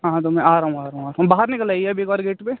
हाँ तो मैं आ रहा हूँ आ रहा हूँ बाहर निकल आइए आप एक बार गेट पे